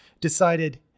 Decided